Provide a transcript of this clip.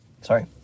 Sorry